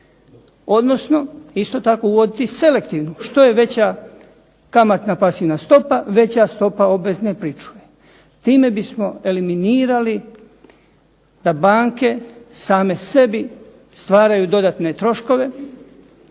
odnosno isto tako uvoditi selektivnu. Što je veća kamatna pasivna stopa, veća stopa obvezne pričuve. Time bismo eliminirali da banke same sebi stvaraju dodatne troškove,